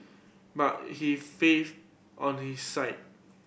but he faith on his side